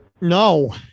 No